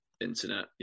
internet